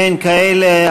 אין כאלה.